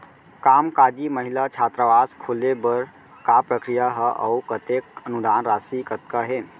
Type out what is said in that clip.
कामकाजी महिला छात्रावास खोले बर का प्रक्रिया ह अऊ कतेक अनुदान राशि कतका हे?